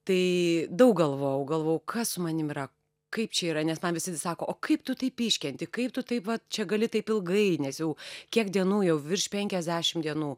tai daug galvojau galvojau kas su manim yra kaip čia yra nes man visi sako o kaip tu taip iškenti kaip tu taip va čia gali taip ilgai nes jau kiek dienų jau virš penkiasdešim dienų